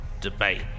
debate